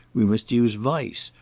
we must use vice,